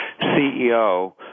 CEO